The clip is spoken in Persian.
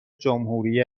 جمهوری